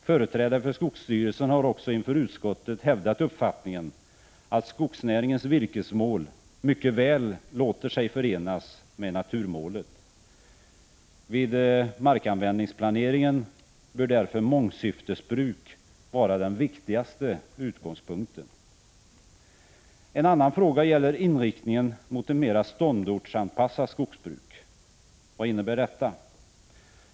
Företrädare för skogsstyrelsen har också inför utskottet hävdat uppfattningen att skogsnäringens virkesmål mycket väl låter sig förenas med naturmålet. Vid markanvändningsplaneringen bör därför mångsyftesbruk vara den viktigaste utgångspunkten. En annan fråga gäller inriktningen mot ett mera ståndortsanpassat skogsbruk. Vad innebär detta?